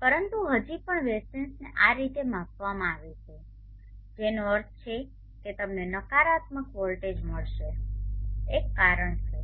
પરંતુ હજી પણ વેસેન્સને આ રીતે માપવામાં આવે છે જેનો અર્થ છે કે તમને નકારાત્મક વોલ્ટેજ મળશે એક કારણ છે